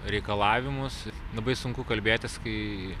reikalavimus labai sunku kalbėtis kai